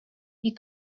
you